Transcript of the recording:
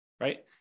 right